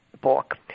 book